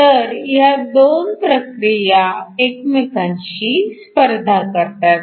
तर ह्या दोन्ही प्रक्रिया एकमेकांशी स्पर्धा करतात